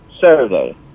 Saturday